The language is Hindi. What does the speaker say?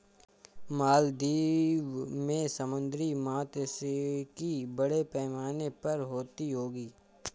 मालदीव में समुद्री मात्स्यिकी बड़े पैमाने पर होती होगी